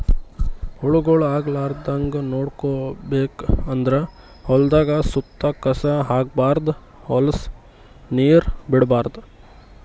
ಹುಳಗೊಳ್ ಆಗಲಾರದಂಗ್ ನೋಡ್ಕೋಬೇಕ್ ಅಂದ್ರ ಹೊಲದ್ದ್ ಸುತ್ತ ಕಸ ಹಾಕ್ಬಾರ್ದ್ ಹೊಲಸ್ ನೀರ್ ಬಿಡ್ಬಾರ್ದ್